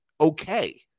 okay